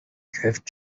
drift